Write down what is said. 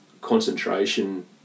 concentration